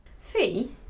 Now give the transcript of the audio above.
Fee